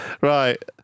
Right